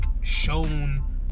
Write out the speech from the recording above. shown